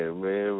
man